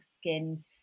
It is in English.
skin